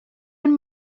and